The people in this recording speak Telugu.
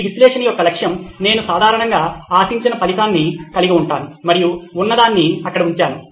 ఈ విశ్లేషణ యొక్క లక్ష్యం నేను సాధారణంగా ఆశించిన ఫలితాన్ని కలిగి ఉంటాను మరియు ఉన్నదాన్ని అక్కడ ఉంచాను